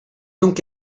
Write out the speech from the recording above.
donc